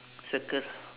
circle